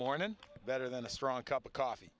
morning better than a strong cup of coffee